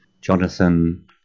Jonathan